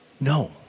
No